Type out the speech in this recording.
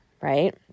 right